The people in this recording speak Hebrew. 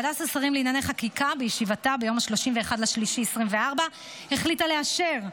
ועדת השרים לענייני חקיקה בישיבתה ביום 31 במרץ 2024 החליטה לאשר,